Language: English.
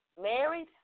married